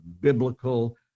biblical